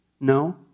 no